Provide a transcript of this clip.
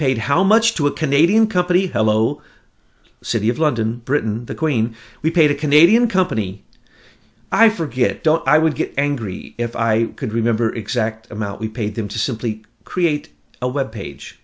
paid how much to a canadian company hello city of london britain the queen we paid a canadian company i for get don't i would get angry if i could remember exact amount we paid them to simply create a web page